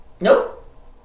nope